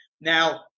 Now